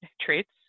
traits